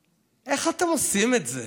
איך אתם עושים את זה